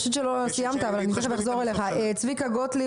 יש לנו בזום את צביקה גוטליב,